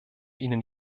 ihnen